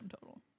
total